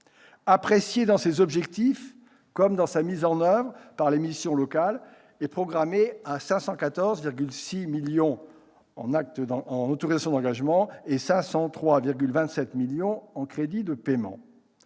apprécié dans ses objectifs comme dans sa mise en oeuvre par les missions locales, est programmé à 514,6 millions d'euros en autorisations d'engagement et à 503,27 millions d'euros en crédits de paiement,